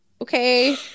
Okay